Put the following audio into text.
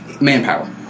manpower